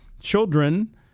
children